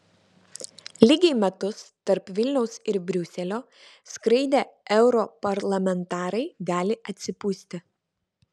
lygiai metus tarp vilniaus ir briuselio skraidę europarlamentarai gali atsipūsti